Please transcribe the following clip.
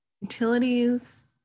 utilities